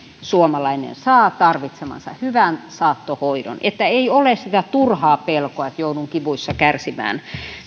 suomalainen saa tarvitsemansa hyvän saattohoidon eikä ole sitä turhaa pelkoa että joutuu kivuissa kärsimään